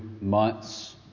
months